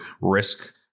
risk